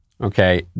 Okay